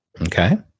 Okay